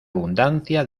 abundancia